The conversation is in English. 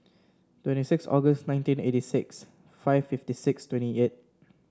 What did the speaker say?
twenty six August nineteen eighty six five fifty six twenty eight